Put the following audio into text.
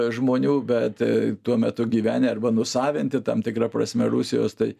žmonių bet tuo metu gyvenę arba nusavinti tam tikra prasme rusijos tai